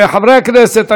חברי הכנסת,